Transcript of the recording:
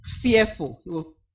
Fearful